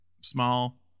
small